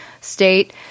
state